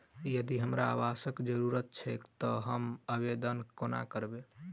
यदि हमरा आवासक जरुरत छैक तऽ हम आवेदन कोना करबै?